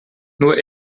nur